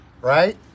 right